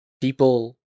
people